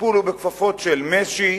הטיפול הוא בכפפות של משי,